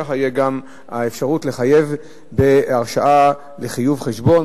כך תהיה גם האפשרות לחייב בהרשאה לחיוב חשבון,